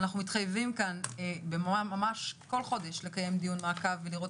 אנחנו מתחייבים כאן כל חודש לקיים דיון מעקב ולראות